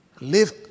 live